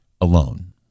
alone